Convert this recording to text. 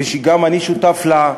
שגם אני שותף לה,